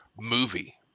movie